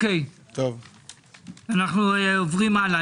אנחנו עוברים הלאה.